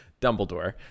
Dumbledore